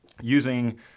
using